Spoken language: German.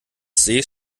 sees